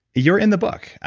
you're in the book.